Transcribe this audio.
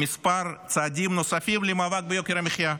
כמה צעדים נוספים למאבק ביוקר המחיה.